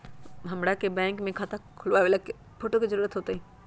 हमरा के बैंक में खाता खोलबाबे ला केतना फोटो के जरूरत होतई?